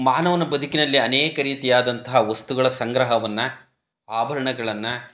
ಮಾನವನ ಬದುಕಿನಲ್ಲಿ ಅನೇಕ ರೀತಿಯಾದಂತಹ ವಸ್ತುಗಳ ಸಂಗ್ರಹವನ್ನು ಆಭರಣಗಳನ್ನ